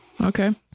okay